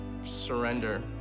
surrender